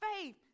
faith